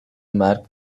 مرگ